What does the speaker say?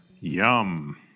Yum